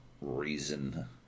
reason